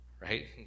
right